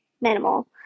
minimal